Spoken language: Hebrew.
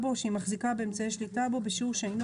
בו או שהיא מחזיקה באמצעי שליטה בו בשיעור שאינו